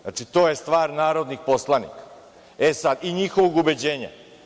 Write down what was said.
Znači, to je stvar narodnih poslanika, i njihovog ubeđenja.